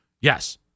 yes